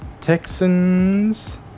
Texans